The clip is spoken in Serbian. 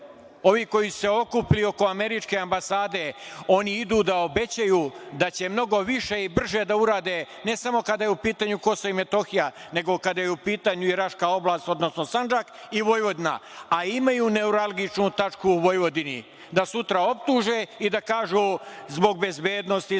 Ovi koji se okupljaju oko američke ambasade, oni idu da obećaju da će mnogo više i brže da urade ne samo kada je u pitanju Kosovo i Metohija, nego kada je u pitanju Raška oblast, odnosno Sandžak i Vojvodina, a imaju neuralgičnu tačku u Vojvodini, da sutra optuže i da kažu, zbog bezbednosti,